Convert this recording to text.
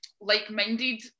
like-minded